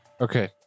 Okay